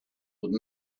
would